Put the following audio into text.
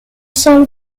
sam